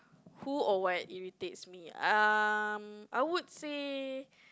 who or what irritates me uh I would say